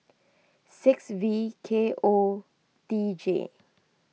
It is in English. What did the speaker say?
six V K O T J